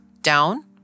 down